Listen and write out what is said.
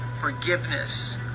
Forgiveness